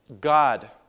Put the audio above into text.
God